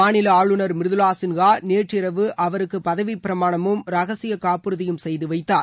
மாநில ஆளுநர் மிருதுளா சின்ஹா நேற்று இரவு அவருக்கு பதவி பிரமானமும் ரகசிய காப்புறுதியும் செய்து வைத்தார்